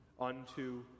unto